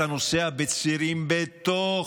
אתה נוסע בצירים בתוך